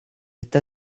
está